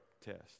test